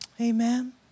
Amen